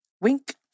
Wink